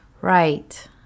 right